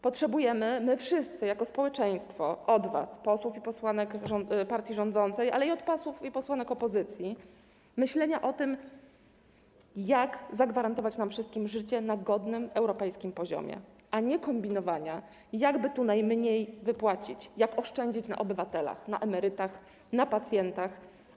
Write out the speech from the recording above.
Potrzebujemy jako społeczeństwo od was, od posłów i posłanek partii rządzącej, jak również od posłów i posłanek opozycji myślenia o tym, jak zagwarantować nam wszystkim godne życie na europejskim poziomie, a nie kombinowania, jakby tu najmniej wypłacić, jak oszczędzić na obywatelach, na emerytach, na pacjentach.